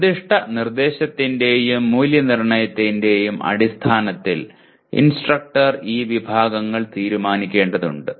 നിർദ്ദിഷ്ട നിർദ്ദേശത്തിന്റെയും മൂല്യനിർണ്ണയത്തിന്റെയും അടിസ്ഥാനത്തിൽ ഇൻസ്ട്രക്ടർ ഈ വിഭാഗങ്ങൾ തീരുമാനിക്കേണ്ടതുണ്ട്